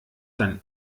dann